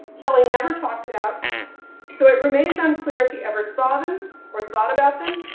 kelly never talked about so it remains unclear if he ever saw them or thought about them.